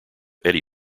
eddie